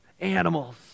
animals